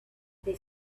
their